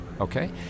okay